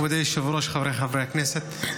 מכובדי היושב-ראש, חבריי חברי הכנסת,